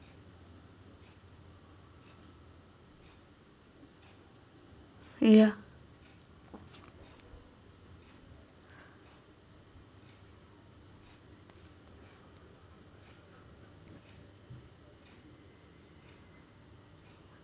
ya